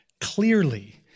clearly